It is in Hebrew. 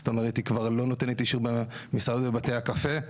זאת אומרת היא כבר לא נותנת אישור במסעדות ובבתי הקפה.